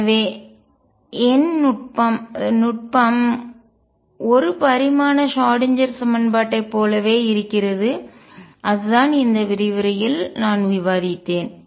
எனவே எண் நுட்பம் நுட்பம் 1 பரிமாண ஷ்ராடின்ஜெர் சமன்பாட்டைப் போலவே இருக்கிறது அதுதான் இந்த விரிவுரையில் நான் விவாதித்தேன்